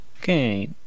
Okay